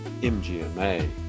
MGMA